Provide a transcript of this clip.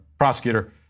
prosecutor